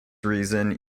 reason